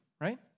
right